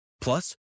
Plus